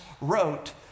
wrote